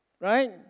Right